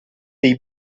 dei